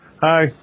Hi